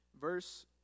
Verse